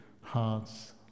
hearts